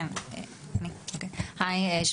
שלום,